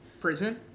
Prison